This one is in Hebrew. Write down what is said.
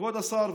כבוד השר,